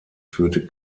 führte